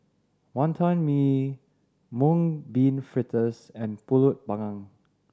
Wonton Mee Mung Bean Fritters and Pulut Panggang